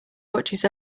watches